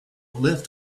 lift